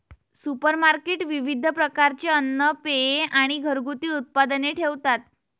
supermarket विविध प्रकारचे अन्न, पेये आणि घरगुती उत्पादने ठेवतात